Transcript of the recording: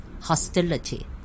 hostility